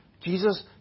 Jesus